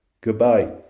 goodbye